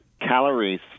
calories